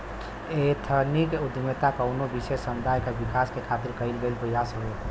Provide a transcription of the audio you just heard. ethnic उद्दमिता कउनो विशेष समुदाय क विकास क खातिर कइल गइल प्रयास हउवे